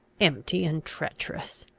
empty and treacherous.